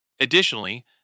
Additionally